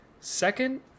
second